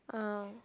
ah